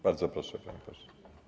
Bardzo proszę, panie pośle.